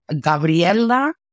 Gabriela